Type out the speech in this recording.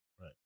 Right